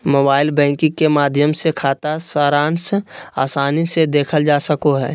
mobile banking के माध्यम से खाता सारांश आसानी से देखल जा सको हय